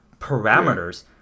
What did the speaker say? parameters